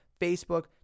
Facebook